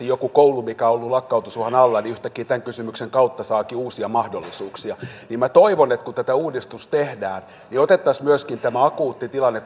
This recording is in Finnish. joku koulu mikä on ollut lakkautusuhan alla saakin yhtäkkiä tämän kysymyksen kautta uusia mahdollisuuksia minä toivon että kun tämä uudistus tehdään niin otettaisiin myöskin tämä akuutti tilanne